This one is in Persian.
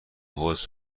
حوض